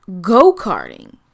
go-karting